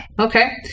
okay